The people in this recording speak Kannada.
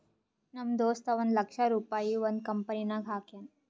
ನಮ್ ದೋಸ್ತ ಒಂದ್ ಲಕ್ಷ ರುಪಾಯಿ ಒಂದ್ ಕಂಪನಿನಾಗ್ ಹಾಕ್ಯಾನ್